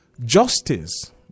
justice